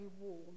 warm